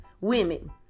women